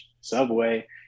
Subway